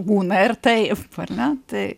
būna ir taip ar ne taip